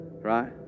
right